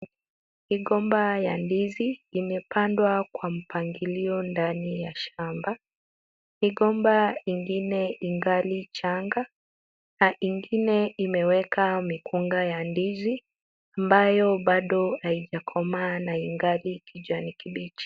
Migomba ya ndizi imepandwa kwa mpangilio ndani ya shamba. Migomba ingine ingali changa na ingine imeweka mikungu ya ndizi, ambayo bado haijakomaa na ingali kijani kibichi.